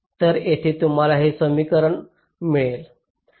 तर इथे तुम्हाला हे समीकरण मिळेल